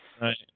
Right